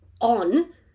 on